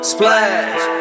Splash